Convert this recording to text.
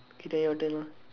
okay then your turn lah